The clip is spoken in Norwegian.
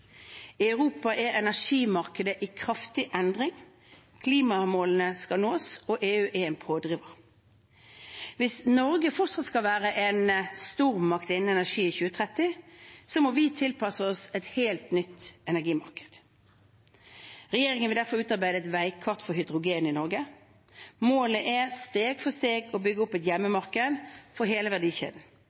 I Europa er energimarkedet i kraftig endring. Klimamålene skal nås, og EU er en pådriver. Hvis Norge fortsatt skal være en stormakt innen energi i 2030, må vi tilpasse oss et helt nytt energimarked. Regjeringen vil derfor utarbeide et veikart for hydrogen i Norge. Målet er steg for steg å bygge opp et hjemmemarked for hele verdikjeden,